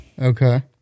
Okay